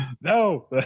No